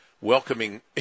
welcoming